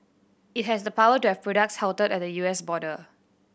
it has the power to have products halted at the U S border